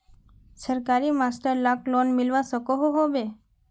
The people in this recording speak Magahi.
सरकारी मास्टर लाक लोन मिलवा सकोहो होबे?